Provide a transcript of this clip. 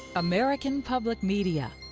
american public media